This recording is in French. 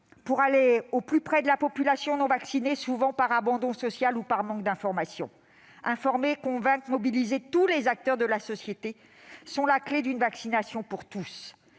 pour aller au plus près de la population non vaccinée, souvent par abandon social ou manque d'information. Informer, convaincre, mobiliser tous les acteurs de la société, telle est la clé d'une vaccination pour tous.